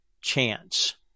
chance